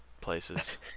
places